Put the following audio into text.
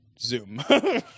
Zoom